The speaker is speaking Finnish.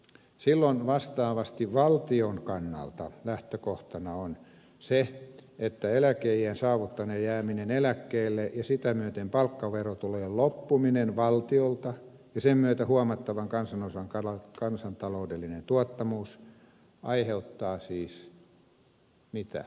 silloin vastaavasti valtion kannalta lähtökohtana on se että eläkeiän saavuttaminen ja jääminen eläkkeelle ja sitä myöten palkkaverotulojen loppuminen valtiolta ja sen myötä huomattavan kansanosan kansantaloudellinen tuottamattomuus aiheuttaa siis mitä